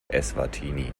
eswatini